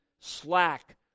slack